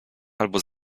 albo